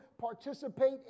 participate